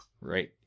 Right